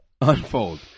unfold